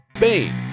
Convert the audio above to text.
Bane